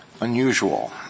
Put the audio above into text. unusual